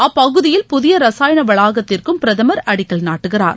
அப்பகுதியில் புதிய ரசாயன வளாகத்திற்கும் பிரதமர் அடிக்கல் நாட்டுகிறார்